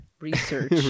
research